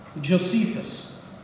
Josephus